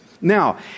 Now